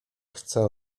chce